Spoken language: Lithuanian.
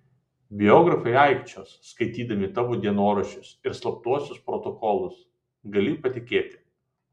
biografai aikčios sklaidydami tavo dienoraščius ir slaptuosius protokolus gali patikėti